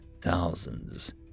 thousands